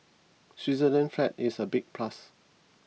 Switzerland's flag is a big plus